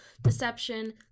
deception